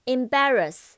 Embarrass